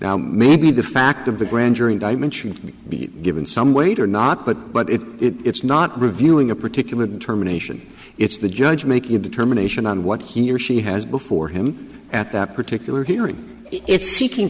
now maybe the fact of the grand jury indictment should be given some weight or not but but if it's not reviewing a particular determination it's the judge making a determination on what he or she has before him at that particular hearing i